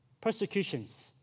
persecutions